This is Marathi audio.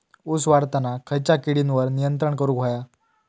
ऊस वाढताना खयच्या किडींवर नियंत्रण करुक व्हया?